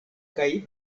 kaj